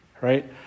right